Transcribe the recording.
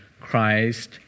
Christ